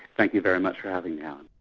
thank you very much for having me, ah um